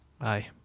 aye